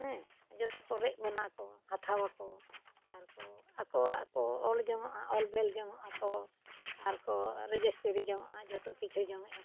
ᱦᱮᱸ ᱡᱚᱛᱚ ᱠᱚ ᱨᱮᱡ ᱵᱚᱱᱟ ᱠᱚ ᱦᱟᱛᱟᱣ ᱟᱠᱚ ᱟᱨᱠᱚ ᱟᱠᱚᱣᱟᱜ ᱠᱚ ᱚᱞ ᱡᱚᱱᱚᱜᱼᱟ ᱚᱞᱼᱵᱮᱞ ᱡᱚᱱᱚᱜ ᱟᱠᱚ ᱟᱨ ᱠᱚ ᱨᱮᱡᱤᱥᱴᱨᱤ ᱡᱚᱱᱚᱜᱼᱟ ᱡᱚᱛᱚ ᱠᱤᱪᱷᱩ ᱡᱚᱱᱚᱜ ᱟᱠᱚ